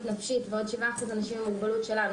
נפשית ועוד 7% אנשים עם מוגבלות שלנו,